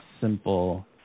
simple